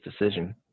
decision